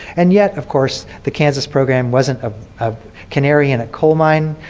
and yet of course the kansas program wasn't ah a canary in a coal mine.